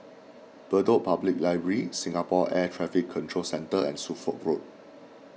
Bedok Public Library Singapore Air Traffic Control Centre and Suffolk Road